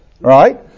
Right